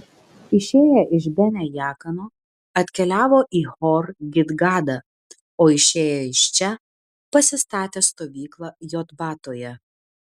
išėję iš bene jaakano atkeliavo į hor gidgadą o išėję iš čia pasistatė stovyklą jotbatoje